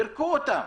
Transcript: פרקו אותם